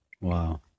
Wow